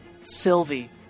Sylvie